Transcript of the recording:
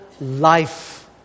life